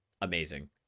amazing